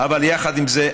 יחד עם זה,